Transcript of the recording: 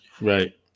Right